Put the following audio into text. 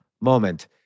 moment